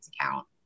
account